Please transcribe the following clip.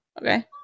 Okay